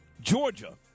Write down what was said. Georgia